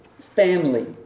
Family